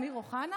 אמיר אוחנה?